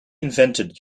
invented